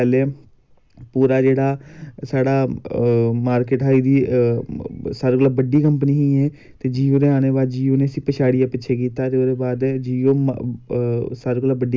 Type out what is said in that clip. ते में इयै करना गौरमैंट दा बी शुक्रिया अदा करना में जेहड़ी बी गौरमैंट एह् स्पोटस दे फंड दिंदी ऐ में उंदा सारें दा शुक्रिया अदा करना ते में अग्गें गी चाह्न्नां कि एह् आंदे रवै